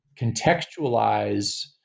contextualize